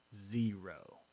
zero